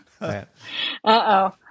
Uh-oh